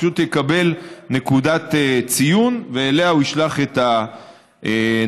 פשוט יקבל נקודת ציון ואליה הוא ישלח את הניידות.